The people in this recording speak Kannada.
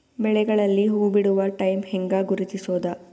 ಬೆಳೆಗಳಲ್ಲಿ ಹೂಬಿಡುವ ಟೈಮ್ ಹೆಂಗ ಗುರುತಿಸೋದ?